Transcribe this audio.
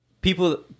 people